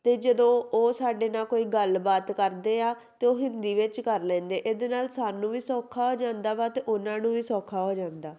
ਅਤੇ ਜਦੋਂ ਉਹ ਸਾਡੇ ਨਾਲ ਕੋਈ ਗੱਲਬਾਤ ਕਰਦੇ ਆ ਤਾਂ ਉਹ ਹਿੰਦੀ ਵਿੱਚ ਕਰ ਲੈਂਦੇ ਇਹਦੇ ਨਾਲ ਸਾਨੂੰ ਵੀ ਸੌਖਾ ਹੋ ਜਾਂਦਾ ਵਾ ਅਤੇ ਉਹਨਾਂ ਨੂੰ ਵੀ ਸੌਖਾ ਹੋ ਜਾਂਦਾ